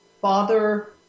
Father